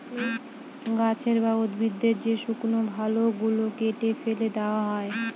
গাছের বা উদ্ভিদের যে শুকনো ভাগ গুলো কেটে ফেলে দেওয়া হয়